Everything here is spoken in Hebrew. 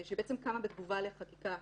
שבעצם קמה בתגובה לחקיקה